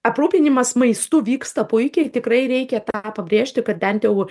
aprūpinimas maistu vyksta puikiai tikrai reikia tą pabrėžti kad bent jau